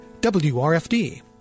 WRFD